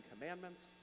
Commandments